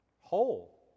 whole